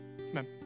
Amen